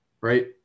right